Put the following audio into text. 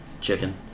chicken